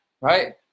right